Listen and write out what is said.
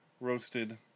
roasted